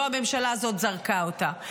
לא, הממשלה הזאת זרקה אותה.